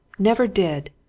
never did!